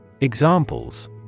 Examples